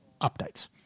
updates